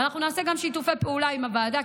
ואנחנו נעשה גם שיתופי פעולה עם הוועדה,